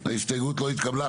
ההסתייגות לא התקבלה.